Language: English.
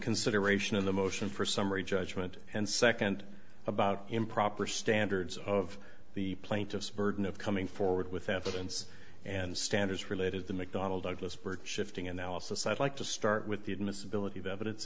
consideration in the motion for summary judgment and second about improper standards of the plaintiff's burden of coming forward with evidence and standards related the mcdonnell douglas burke shifting analysis i'd like to start with the admissibility of evidence